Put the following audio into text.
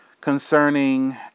concerning